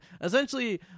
essentially